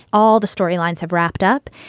all the storylines have wrapped up.